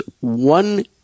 one